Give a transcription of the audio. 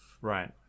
right